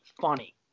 funny